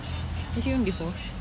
have you gone before